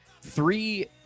three